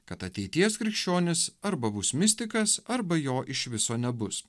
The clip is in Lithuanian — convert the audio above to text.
kad ateities krikščionis arba bus mistikas arba jo iš viso nebus